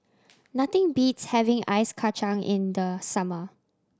nothing beats having ice kacang in the summer